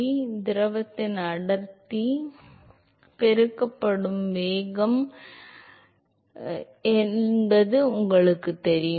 எனவே அந்த திரவத்தின் அடர்த்தியானது dAc ஆல் பெருக்கப்படும் உள்ளூர் திசைவேகம் முழு குறுக்குவெட்டு முழுவதும் ஒருங்கிணைக்கப்பட்ட x எந்த இடத்தில் வெகுஜன ஓட்ட விகிதம் என்பதை உங்களுக்குத் தெரிவிக்கும்